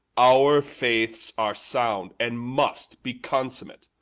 our faiths are sound, and must be consummate,